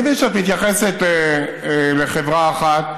אני מבין שאת מתייחסת לחברה אחת,